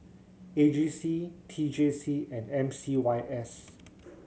A G C T J C and M C Y S